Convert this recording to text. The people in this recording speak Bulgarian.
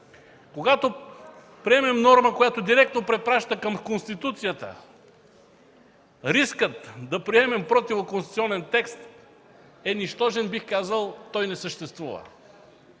Когато приемем норма, която директно препраща към Конституцията, рискът да приемем противоконституционен текст е нищожен, бих казал, че той не съществува.